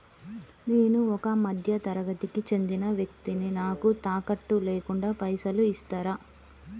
నేను ఒక మధ్య తరగతి కి చెందిన వ్యక్తిని నాకు తాకట్టు లేకుండా పైసలు ఇస్తరా?